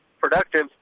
productive